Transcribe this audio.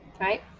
right